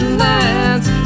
lands